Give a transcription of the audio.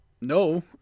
No